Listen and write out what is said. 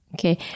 Okay